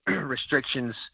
restrictions